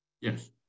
yes